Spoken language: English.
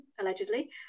allegedly